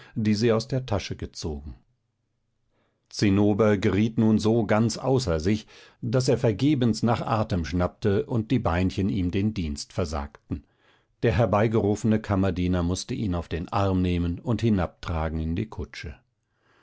die sie aus der tasche gezogen zinnober geriet nun so ganz außer sich daß er vergebens nach atem schnappte und die beinchen ihm den dienst versagten der herbeigerufene kammerdiener mußte ihn auf den arm nehmen und hinabtragen in die kutsche